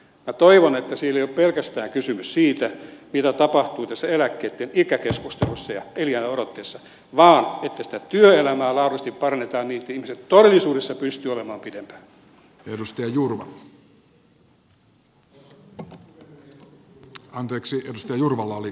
minä toivon että työuraneuvotteluissa ei ole pelkästään kysymys siitä mitä tapahtui tässä eläkkeitten ikäkeskustelussa ja elinajanodotteessa vaan että sitä työelämää laadullisesti parannetaan niin että ihmiset todellisuudessa pystyvät olemaan pidempään